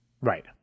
Right